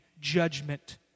judgment